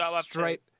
straight